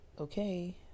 okay